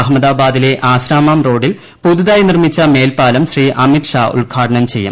അഹമ്മദാബാദിലെ ആശ്രാമംറോഡിൽ പുതുതായി നിർമ്മിച്ച മേൽപ്പാലം ശ്രീ അമിത് ഷാ ഉദ്ഘാടനം ചെയ്യും